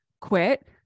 quit